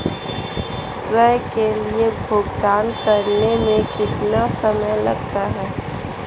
स्वयं के लिए भुगतान करने में कितना समय लगता है?